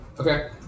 Okay